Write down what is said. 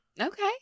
Okay